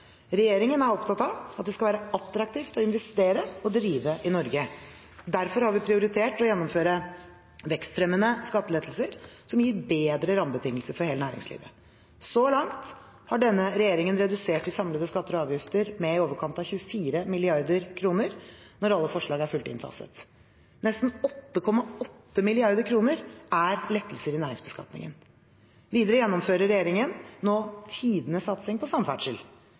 Regjeringen er opptatt av det skal være attraktivt å investere og drive i Norge. Vi har derfor prioritert å gjennomføre vekstfremmende skattelettelser som gir bedre rammebetingelser for hele næringslivet. Så langt har denne regjeringen redusert de samlede skatter og avgifter med i overkant av 24 mrd. kr når alle forslag er fullt innfaset. Nesten 8,8 mrd. kr er lettelser i næringsbeskatningen. Videre gjennomfører regjeringen nå tidenes satsning på samferdsel.